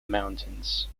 mountains